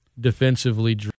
Defensively –